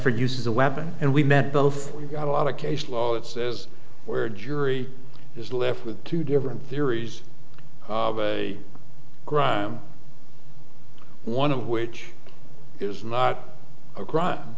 for use as a weapon and we met both we got a lot of case law that says where jury is left with two different theories one of which is not a crime